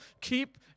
keep